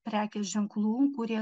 prekės ženklų kurie